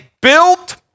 built